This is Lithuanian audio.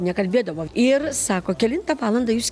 nekalbėdavo ir sako kelintą valandą jūs